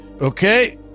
Okay